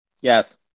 Yes